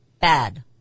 bad